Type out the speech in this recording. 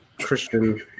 Christian